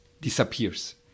disappears